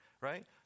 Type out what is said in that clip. right